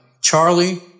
Charlie